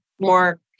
more